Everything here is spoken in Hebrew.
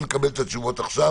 ונקבל את התשובות עכשיו